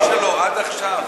הבנים שלו עד עכשיו.